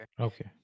okay